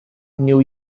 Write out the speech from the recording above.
new